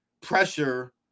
pressure